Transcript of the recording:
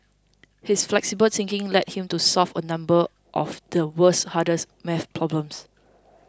his flexible thinking led him to solve a number of the world's hardest math problems